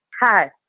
Hi